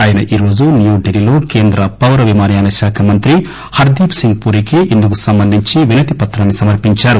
ఆయన ఈరోజు న్యూఢిల్లీలో కేంద్ర పౌర విమానయాన శాఖ మంత్రి హర్గీప్ సింగ్ పూరీకి ఇందుకు సంబంధించి వినతిపత్రాన్పి సమర్పించారు